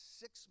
six